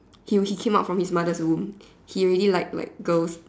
he he came out of his mother's womb he already like like girl's